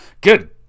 Good